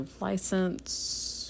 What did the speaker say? license